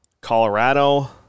Colorado